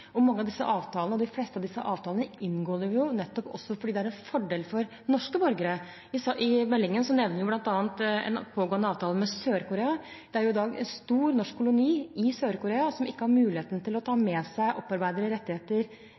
og de fleste av disse avtalene inngår vi nettopp også fordi det er en fordel for norske borgere. I meldingen nevner vi bl.a. en pågående prosess om en avtale med Sør-Korea. Det er i dag en stor norsk koloni i Sør-Korea som ikke har muligheten til å ta med seg opparbeidede rettigheter